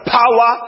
power